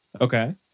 Okay